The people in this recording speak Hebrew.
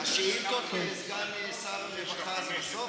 השאילתות לסגן שר הרווחה, זה בסוף?